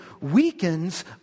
weakens